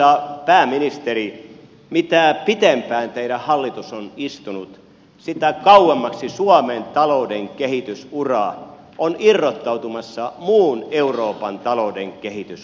arvoisa pääministeri mitä pitempään teidän hallituksenne on istunut sitä kauemmaksi suomen talouden kehitysura on irrottautumassa muun euroopan talouden kehityskuvasta